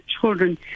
children